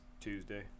Tuesday